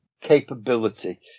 capability